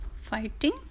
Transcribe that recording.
fighting